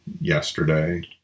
yesterday